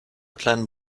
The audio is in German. kleinen